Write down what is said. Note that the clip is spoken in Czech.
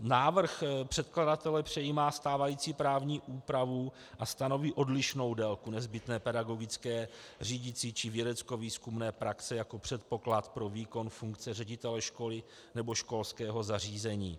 Návrh předkladatele přejímá stávající právní úpravu a stanoví odlišnou délku nezbytné pedagogické řídicí či vědeckovýzkumné praxe jako předpoklad pro výkon funkce ředitele školy nebo školského zařízení.